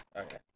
Okay